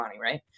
right